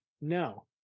No